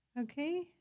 Okay